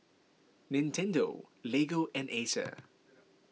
Nintendo Lego and Acer